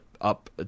up